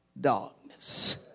darkness